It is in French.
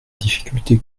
difficulté